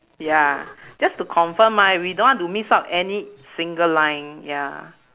ya just to confirm ah if we don't want to miss out any single line ya